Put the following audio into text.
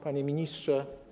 Panie Ministrze!